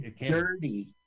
dirty